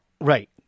right